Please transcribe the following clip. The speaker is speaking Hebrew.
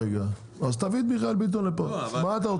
אז תביא את מיכאל ביטון לפה, אז אני אומר